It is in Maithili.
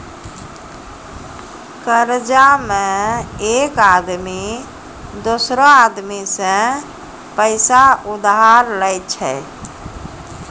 कर्जा मे एक आदमी दोसरो आदमी सं पैसा उधार लेय छै